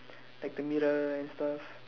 like the mirror and stuff